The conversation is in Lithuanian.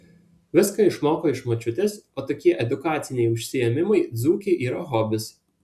viską išmoko iš močiutės o tokie edukaciniai užsiėmimai dzūkei yra hobis